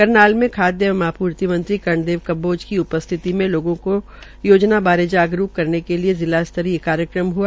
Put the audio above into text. करनाल में खाद्य आपूर्ति मंत्री कर्णदेव कम्बोज की उपस्थित में लोगों को योजना बारे जागरूकता करने के लिये जिला स्तरीय कार्यक्रम हुआ